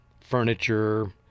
furniture